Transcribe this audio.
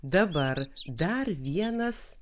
dabar dar vienas